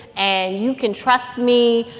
and you can trust me,